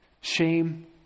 shame